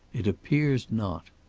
it appears not,